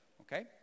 Okay